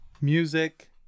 music